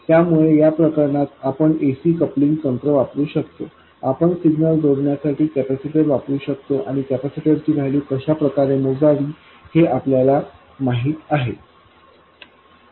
त्यामुळे या प्रकरणात आपण ac कपलिंग तंत्र वापरू शकतो आपण सिग्नल जोडण्यासाठी कॅपेसिटर वापरू शकतो आणि कॅपेसिटर ची व्हॅल्यू कशाप्रकारे मोजावी मोजावे हे आपल्याला माहित आहे